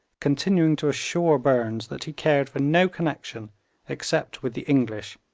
continuing to assure burnes that he cared for no connection except with the english,